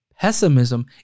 Pessimism